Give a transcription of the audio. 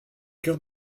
cœur